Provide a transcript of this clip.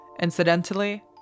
Incidentally